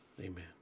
amen